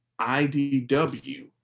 IDW